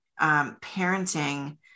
parenting